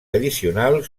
addicionals